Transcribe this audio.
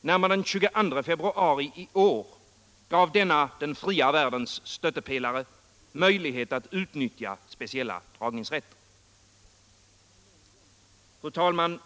när man den 22 februari i år gav denna den fria världens stöttepelare möjlighet att utnyttja speciella dragningsrätter. Fru talman!